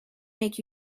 make